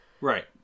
Right